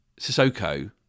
Sissoko